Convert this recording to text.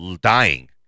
dying